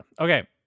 okay